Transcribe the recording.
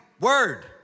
word